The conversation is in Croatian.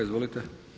Izvolite.